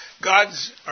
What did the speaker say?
God's